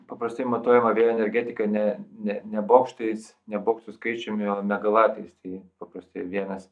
paprastai matuojama vėjo energetika ne ne ne bokštais ne bokštų skaičiumi o megavatais tai paprastai vienas